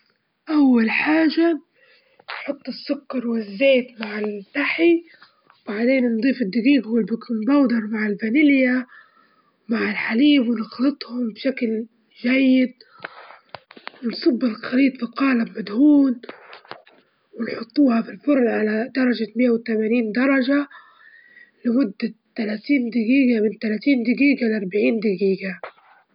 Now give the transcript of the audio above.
أول حاجة جرب إعادة تشغيل الهاتف بالضغط على الزر لفترة طويلة، وإذا ما صار الشي حاول تفتح النقال وإنت على وضع الشحن، وإذا ما صار الشي جرب إعادة ضبط المصنع من فين الأزرار النقال، أو روح لمركز الخدمة.